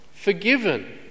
forgiven